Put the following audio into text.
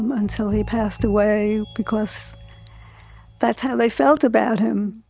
until he passed away because that's how they felt about him